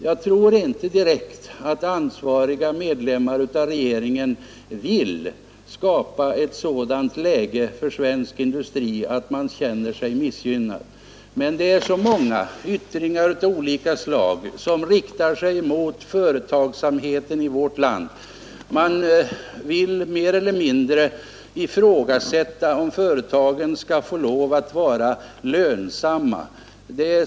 Jag tror inte direkt att ansvariga medlemmar av regeringen vill skapa ett sådant läge för svensk industri att den behöver känna sig missgynnad. Men det är så många yttringar av olika slag som riktas emot företagsamheten i vårt land. Man vill mer eller mindre ifrågasätta om företagen skall få lov att vara lönsamma.